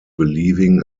believing